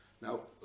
Now